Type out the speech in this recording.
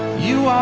you